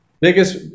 Biggest